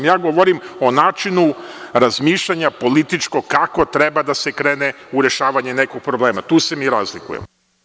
Ja govorim o načinu razmišljanja političkog, kako treba da se krene u rešavanje nekog problema. tu se mi razlikujemo.